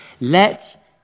Let